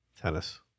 Tennis